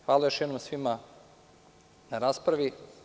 Hvala još jednom svima na raspravi.